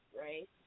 Right